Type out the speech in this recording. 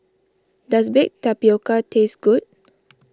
does Baked Tapioca taste good